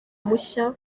mushya